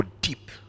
deep